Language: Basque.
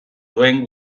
duen